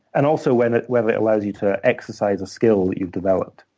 and also, whether it whether it allows you to exercise a skill that you've developed.